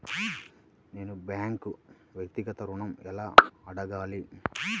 నేను బ్యాంక్ను వ్యక్తిగత ఋణం ఎలా అడగాలి?